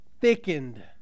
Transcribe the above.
Thickened